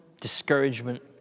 discouragement